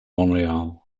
montreal